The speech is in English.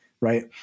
right